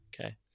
Okay